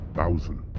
Thousand